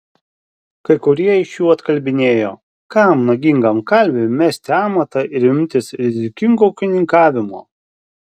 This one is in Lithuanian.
kai kurie iš jų atkalbinėjo kam nagingam kalviui mesti amatą ir imtis rizikingo ūkininkavimo